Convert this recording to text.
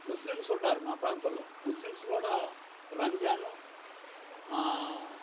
ముస్లిమ్సుంటారు మా ప్రాంతంలో ముస్లిమ్స్ కూడా రంజాను